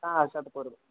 हा तदुपरि